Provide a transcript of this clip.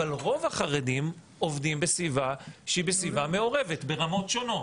אבל רוב החרדים עובדים בסביבה שהיא סביבה מעורבת ברמות שונות,